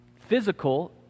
physical